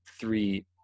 three